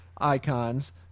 icons